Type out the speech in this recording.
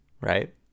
right